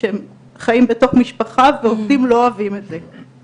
שהם חיים בתוך משפחה ועובדים לא אוהבים את זה.